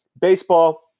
Baseball